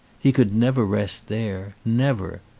he could never rest there. never.